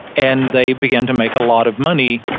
and they began to make a lot of money